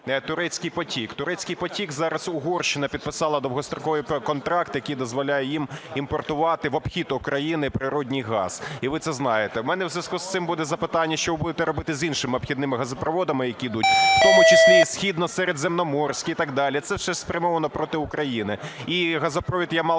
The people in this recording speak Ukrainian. "Турецький потік". "Турецький потік", зараз Угорщина підписала довгостроковий контракт, який дозволяє їм імпортувати в обхід України природний газ, і ви це знаєте. У мене в зв'язку з цим буде запитання, що ви будете робити з іншими обхідними газопроводами, які йдуть, в тому числі і Східно-Середземноморський і так далі, це все спрямовано проти України. І газопровід